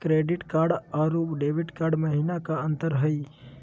Credit card अरू debit card महिना का अंतर हई?